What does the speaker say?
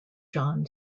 john